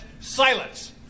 silence